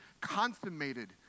consummated